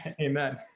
Amen